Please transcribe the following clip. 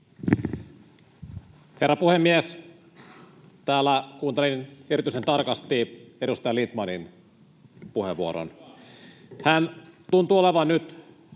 Herra puhemies! Täällä kuuntelin erityisen tarkasti edustaja Lindtmanin puheenvuoron. Hän tuntuu olevan nyt